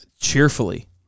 cheerfully